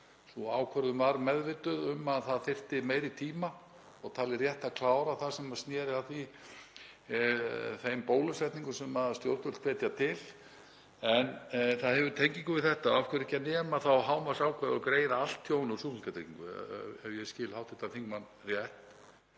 Sú ákvörðun var meðvituð um að það þyrfti meiri tíma og talið rétt að klára það sem sneri að þeim bólusetningum sem stjórnvöld hvetja til en það hefur tengingu við þetta: Af hverju ekki að nema þá hámarksákvæðið og greiða allt tjón úr sjúklingatryggingu, ef ég skil hv. þingmann rétt.